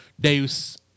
deus